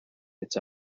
its